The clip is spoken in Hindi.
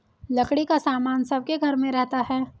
लकड़ी का सामान सबके घर में रहता है